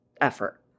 effort